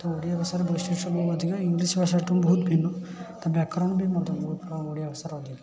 ତ ଓଡ଼ିଆ ଭାଷାର ବୈଶିଷ୍ଟ୍ୟ ବହୁ ଅଧିକା ଇଂଲିଶ୍ ଭାଷାଠୁଁ ବହୁତ ଭିନ୍ନ ତା' ବ୍ୟାକରଣ ବି ମଧ୍ୟ ବହୁତ କମ୍ ଓଡ଼ିଆ ଭାଷାର ଅଧିକା